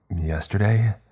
yesterday